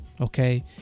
okay